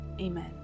Amen